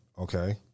Okay